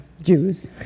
Jews